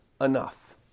enough